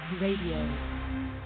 Radio